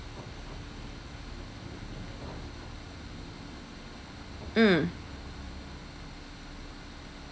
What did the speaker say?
mm